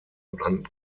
und